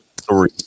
three